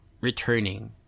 returning